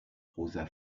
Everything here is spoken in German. rosa